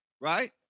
right